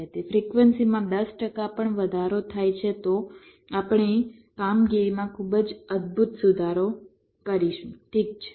તેથી ફ્રિક્વન્સીમાં 10 ટકા પણ વધારો થાય છે તો આપણે કામગીરીમાં ખૂબ જ અદભૂત સુધારો કરીશું ઠીક છે